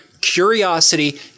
curiosity